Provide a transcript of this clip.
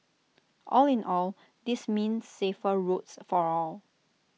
all in all this means safer roads for all